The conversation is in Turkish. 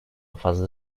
fazla